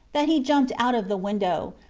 that he jumped out of the window,